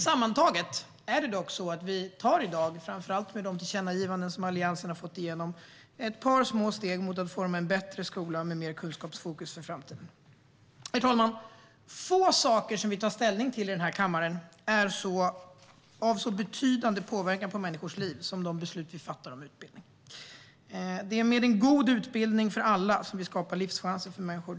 Sammantaget är det dock så att vi i dag, framför allt med de tillkännagivanden som Alliansen har fått igenom, tar ett par små steg mot att forma en bättre skola med mer kunskapsfokus för framtiden. Herr talman! Få saker som vi tar ställning till i den här kammaren har en så betydande påverkan på människors liv som de beslut vi fattar om utbildning. Det är med en god utbildning för alla som vi skapar livschanser för människor.